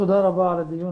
תודה רבה על הדיון,